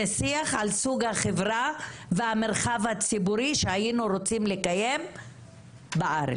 זה שיח על סוג החברה והמרחב הציבורי שהיינו רוצים לקיים בארץ,